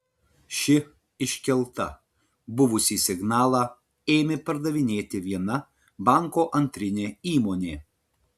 ši iškelta buvusį signalą ėmė pardavinėti viena banko antrinė įmonė